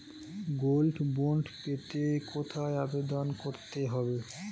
Gold bond পেতে কোথায় আবেদন করতে হবে?